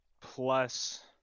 plus